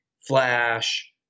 Flash